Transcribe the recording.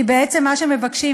כי בעצם מה שמבקשים,